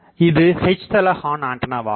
இது H தள horn ஆண்டனாவாகும்